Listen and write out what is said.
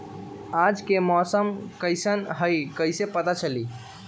आज के मौसम कईसन हैं कईसे पता चली?